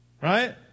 Right